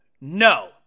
No